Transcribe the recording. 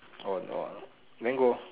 oh no mango